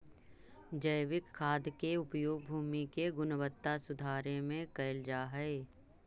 जैविक खाद के उपयोग भूमि के गुणवत्ता सुधारे में कैल जा हई